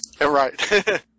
Right